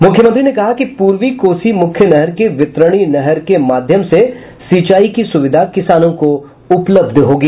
मुख्यमंत्री ने कहा कि पूर्वी कोसी मुख्य नहर के वितरणी नहर के माध्यम से सिंचाई की सुविधा किसानों को उपलब्ध होगी